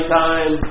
time